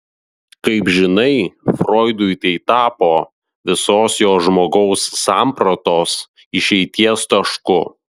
kaip žinai froidui tai tapo visos jo žmogaus sampratos išeities tašku